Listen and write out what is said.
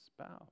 spouse